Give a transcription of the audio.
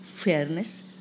fairness